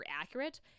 accurate